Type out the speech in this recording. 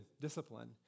discipline